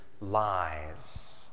lies